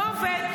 לא עובד.